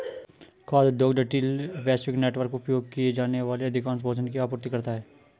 खाद्य उद्योग जटिल, वैश्विक नेटवर्क, उपभोग किए जाने वाले अधिकांश भोजन की आपूर्ति करता है